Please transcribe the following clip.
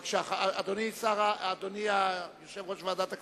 אדוני, יושב-ראש ועדת הכספים,